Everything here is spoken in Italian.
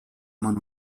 mano